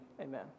Amen